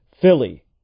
Philly